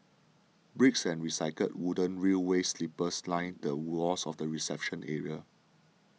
bricks and recycled wooden railway sleepers line the walls of the reception area